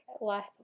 life